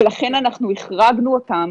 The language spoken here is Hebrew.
ולכן, אנחנו החרגנו אותם.